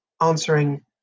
answering